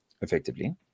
effectively